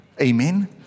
Amen